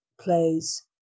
plays